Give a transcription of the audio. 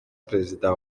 perezida